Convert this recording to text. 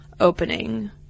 opening